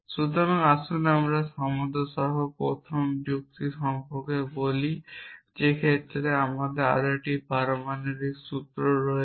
সুতরাং আসুন আমরা এখানে সমতা সহ প্রথম ক্রম যুক্তি সম্পর্কে কথা বলি যে ক্ষেত্রে আমাদের আরও একটি পারমাণবিক সূত্র রয়েছে